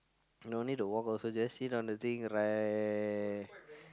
no need to work also just sit on the thing like